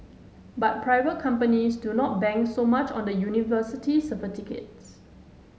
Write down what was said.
but private companies do not bank so much on the university certificates